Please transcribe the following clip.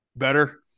better